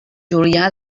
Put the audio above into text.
julià